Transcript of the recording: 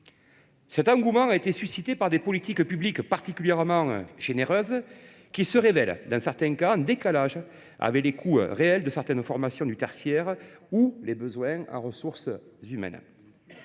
Cet engouement s’explique par des politiques publiques particulièrement généreuses, qui se sont révélées être parfois en décalage avec les coûts réels de certaines formations du tertiaire ou les besoins en ressources humaines.